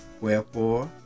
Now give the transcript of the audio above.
Wherefore